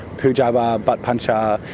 poo-jabber, butt-puncher,